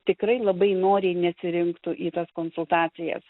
tikrai labai noriai nesirinktų į tas konsultacijas